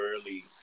early